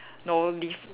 know leave